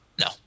No